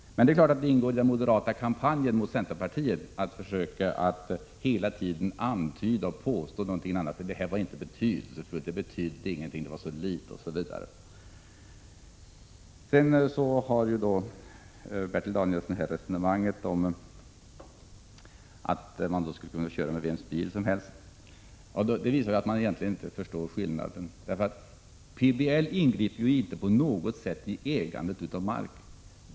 Det ingår självfallet i den moderata kampanjen mot centerpartiet att göra antydningar och påstå att våra förslag inte varit så betydelsefulla. Bertil Danielsson gör en jämförelse och säger att en person skulle kunna ta vilken bil som helst om reglerna var likvärdiga på det området, och det visar att han inte förstår skillnaden. PBL förändrar inte ägandet av mark.